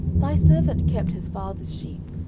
thy servant kept his father's sheep,